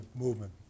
movement